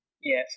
yes